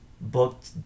booked